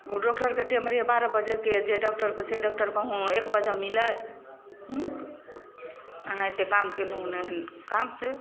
डॉक्टरके टाइम रहै बारह बजेके जे डॉक्टरके से डॉक्टरके कहू एक बजे मिलै हुँ अहाँ एते काम केलहुॅं काम से